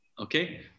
Okay